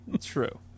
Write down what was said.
True